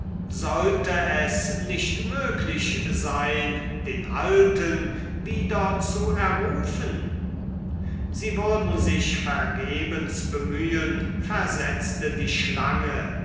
sollte es nicht möglich sein den alten wieder zu errufen sie würden sich vergebens bemühen versetzte die schlange